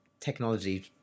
technology